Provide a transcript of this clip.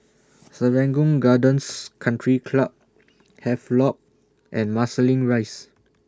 Serangoon Gardens Country Club Havelock and Marsiling Rise